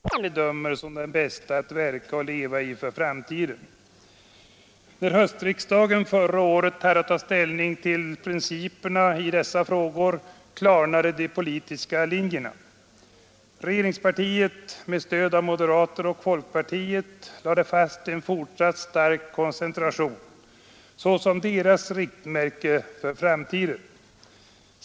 Fru talman! Riksplanering och regionalpolitik är för många människor mycket tunga och viktiga frågor. Däri inryms möjligheter till arbete och utkomst, till service och trygghet — ja, till att uppnå den livsmiljö man bedömer som den bästa att verka och leva i för framtiden. När höstriksdagen förra året hade att ta ställning till principerna i dessa frågor klarnade de politiska linjerna. Regeringspartiet, med stöd av moderater och folkpartister, lade fast en fortsatt stark koncentration såsom riktmärke för framtiden.